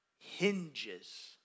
hinges